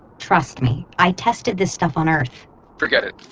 trust me, i tested this stuff on earth forget it,